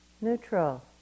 neutral